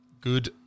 good